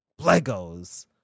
Legos